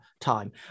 time